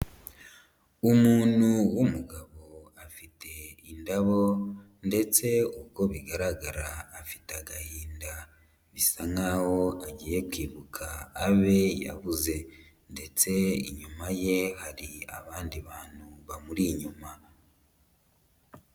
Umuntu w'umugabo afite indabo ndetse uko bigaragara afite agahinda, bisa nk'aho agiye kwibuka abe yabuze ndetse inyuma ye hari n'abandi bantu bamuri inyuma.